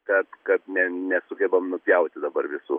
kad kad ne nesugebam nupjauti dabar visų